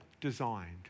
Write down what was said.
designed